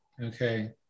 okay